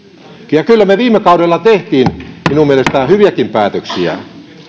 ja kyllä me viime kaudella teimme minun mielestäni hyviäkin päätöksiä